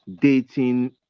dating